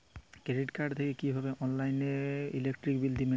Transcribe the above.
Credit card থেকে কিভাবে অনলাইনে ইলেকট্রিক বিল মেটাবো?